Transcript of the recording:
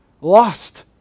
lost